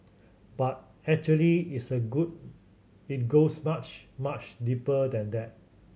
but actually it's a good it goes much much deeper than that